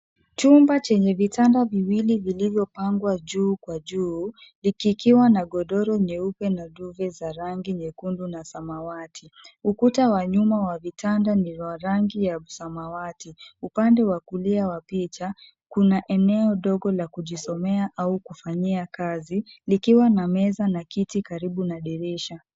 Chumba chenye vitanda viwii vilivyopangwa juu kwa juu, likikiwa na godoro nyeupe na duve za rangi nyekundu na samawati. Ukuta wa nyuma wa vitanda ni wa rangi ya samawati. Upande wa kulia wa picha , kuna eneo dogo la kujisomea au kufanyia kazi likiwa na meza na kiti karibu na dirisha.